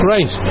Right